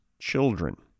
children